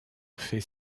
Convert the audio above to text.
fait